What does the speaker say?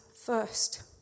first